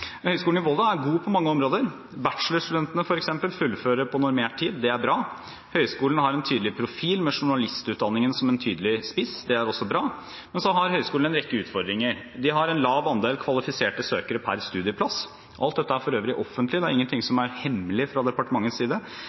i Volda er god på mange områder. Bachelorstudentene f.eks. fullfører på normert tid. Det er bra. Høgskulen har en tydelig profil med journalistutdanningen som en tydelig spiss. Det er også bra. Men så har Høgskulen også en rekke utfordringer: De har en lav andel kvalifiserte søkere per studieplass. – Alt dette er for øvrig offentlig, det er ingenting som er hemmelig fra departementets side.